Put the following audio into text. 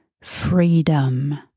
freedom